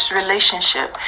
relationship